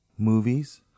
movies